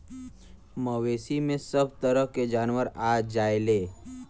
मवेसी में सभ तरह के जानवर आ जायेले